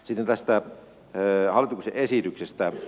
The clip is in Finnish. sitten tästä hallituksen esityksestä